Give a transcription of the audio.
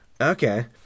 Okay